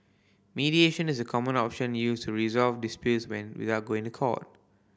mediation is a common option used to resolve disputes when without going to court